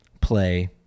play